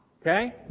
Okay